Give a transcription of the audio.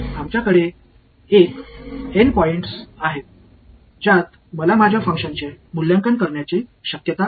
आमच्याकडे N points आहेत ज्यात मला माझ्या फंक्शनचे मूल्यांकन करण्याची शक्यता आहे